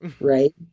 right